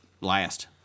last